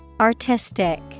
Artistic